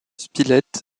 spilett